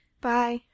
Bye